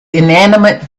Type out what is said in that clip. inanimate